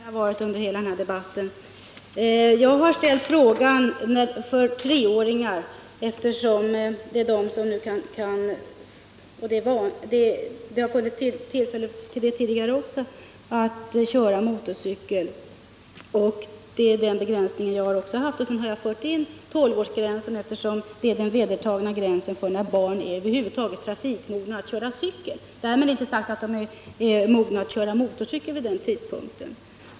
Herr talman! Nykter och klok har jag varit under hela den här debatten. Den fråga jag ställt gällde förbud för treåringar att köra motorcykel. Det är den begränsning jag har gjort. Sedan har jag också fört in tolvårsgränsen i debatten, eftersom det är den vedertagna gränsen för när barn över huvud taget skall anses mogna att köra cykel i trafik. Därmed är inte sagt att de är mogna att köra motorcykel vid den åldern.